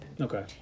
Okay